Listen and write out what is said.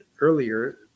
earlier